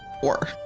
Four